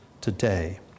today